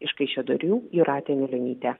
iš kaišiadorių jūratė anilionytė